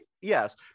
yes